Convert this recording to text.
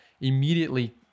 immediately